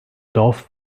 dorf